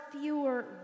fewer